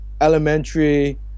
elementary